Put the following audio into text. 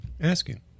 asking